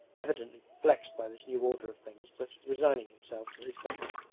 evidently perplexed by this new order of things but resigning himself to his fate.